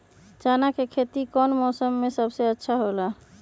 चाना के खेती कौन मौसम में सबसे अच्छा होखेला?